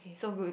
so good